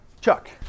Chuck